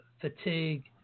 fatigue